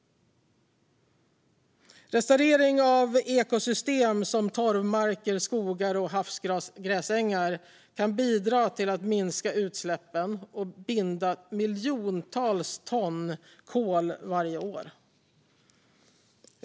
Restaurering av ekosystem som torvmarker, skogar och havsgräsängar kan bidra till att minska utsläppen och binda miljontals ton kol varje år.